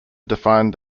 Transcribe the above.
defined